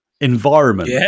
environment